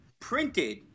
printed